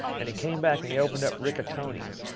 and he came back, and he opened up ricatoni's.